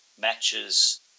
matches